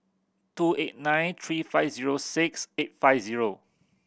two eight nine three five zero six eight five zero